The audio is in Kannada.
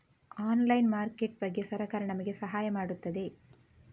ಆನ್ಲೈನ್ ಮಾರ್ಕೆಟ್ ಬಗ್ಗೆ ಸರಕಾರ ನಮಗೆ ಸಹಾಯ ಮಾಡುತ್ತದೆ?